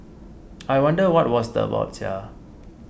I wonder what was that about Sia